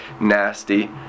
nasty